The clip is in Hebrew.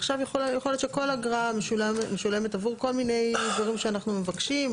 עכשיו יכול להיות שכל אגרה משולמת עבור כל מיני דברים שאנחנו מבקשים.